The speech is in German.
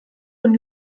von